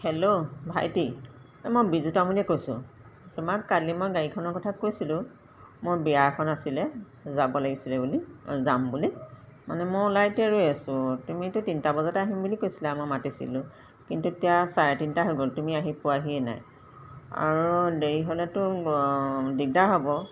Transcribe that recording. hello ভাইটি এই মই বিজু তামুলীয়ে কৈছোঁ তোমাক কালি মই গাড়ীখনৰ কথা কৈছিলোঁ মোৰ বিয়া এখন আছিলে যাব লাগিছিলে বুলি যাম বুলি মানে মই ওলাই এতিয়া ৰৈ আছোঁ তুমিতো তিনিটা বজাতে আহিম বুলি কৈছিলা মই মাতিছিলোঁ কিন্তু এতিয়া চাৰে তিনিটা হৈ গ'ল তুমি আহি পোৱাহিয়েই নাই আৰু দেৰি হ'লেতো দিগদাৰ হ'ব